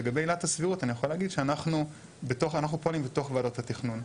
לגבי עילת הסבירות אני יכול להגיד שאנחנו פועלים בתוך ועדת התכנון,